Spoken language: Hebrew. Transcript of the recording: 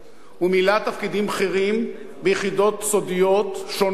הוא מילא תפקידים בכירים ביחידות סודיות שונות,